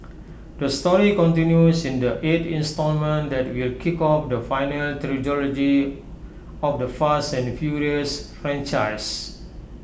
the story continues in the eight instalment that will kick off the final trilogy of the fast and furious franchise